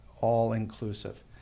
all-inclusive